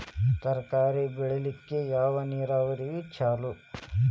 ತರಕಾರಿ ಬೆಳಿಲಿಕ್ಕ ಯಾವ ನೇರಾವರಿ ಛಲೋ?